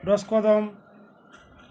রস কদম